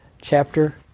chapter